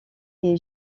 est